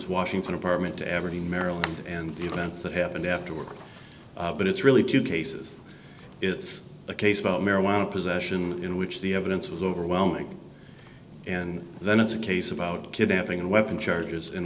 washington apartment to every maryland and events that happened afterward but it's really two cases it's a case about marijuana possession in which the evidence was overwhelming and then it's a case about kidnapping and weapons charges in